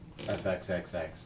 FXXX